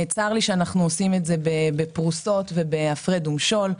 צר לי שאנחנו עושים את זה בפרוסות ובהפרד ומשול.